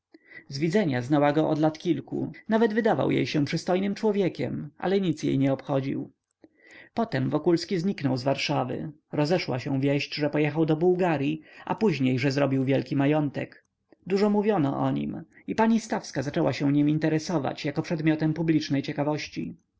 z widzenia znała go od lat kilku nawet wydawał jej się przystojnym człowiekiem ale nic jej nie obchodził potem wokulski zniknął z warszawy rozeszła się wieść że pojechał do bułgaryi a później że zrobił wielki majątek dużo mówiono o nim i pani stawska zaczęła się nim interesować jako przedmiotem publicznej ciekawości